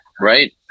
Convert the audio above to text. Right